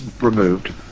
removed